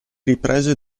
riprese